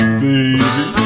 baby